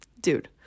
dude